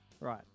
right